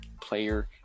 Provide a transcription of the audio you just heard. player